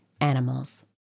animals